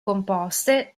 composte